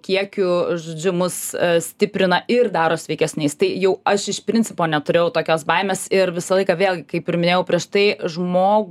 kiekiu žodžiu mus stiprina ir daro sveikesniais tai jau aš iš principo neturėjau tokios baimės ir visą laiką vėlgi kaip ir minėjau prieš tai žmog